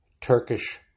Turkish